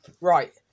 Right